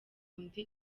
undi